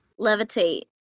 Levitate